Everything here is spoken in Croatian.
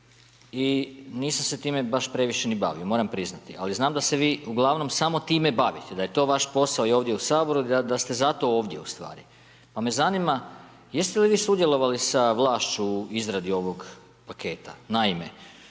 i nisam se time baš previše ni bavio, moram priznati, ali znam da se vi uglavnom samo time bavite, da je to vaš posao i ovdje u Saboru, da ste zato ovdje ustvari. Pa me zanima, jeste li vi sudjelovali sa vlašću u izradi ovog paketa? Naime,